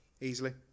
easily